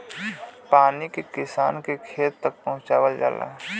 पानी के किसान के खेत तक पहुंचवाल जाला